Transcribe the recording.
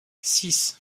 six